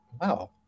wow